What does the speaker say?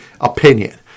opinion